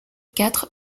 quatre